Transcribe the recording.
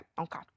Okay